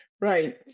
Right